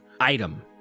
item